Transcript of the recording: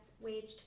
waged